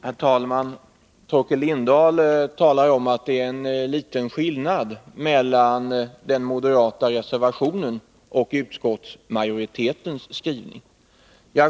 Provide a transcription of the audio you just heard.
Herr talman! Torkel Lindahl säger att det är liten skillnad mellan den moderata reservationen och utskottsmajoritetens skrivning.